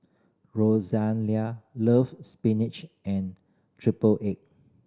loves spinach and triple egg